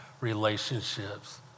relationships